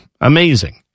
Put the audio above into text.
Amazing